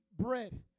bread